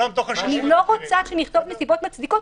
אני לא רוצה שייכתב "נסיבות מצדיקות",